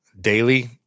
daily